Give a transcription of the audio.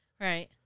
right